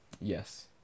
yes